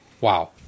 wow